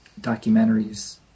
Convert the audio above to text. documentaries